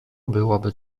byłaby